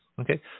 Okay